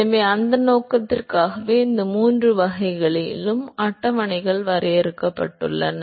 எனவே அந்த நோக்கத்திற்காகவே இந்த மூன்று வகைகளிலும் அட்டவணைகள் வரையப்பட்டுள்ளன